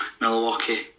Milwaukee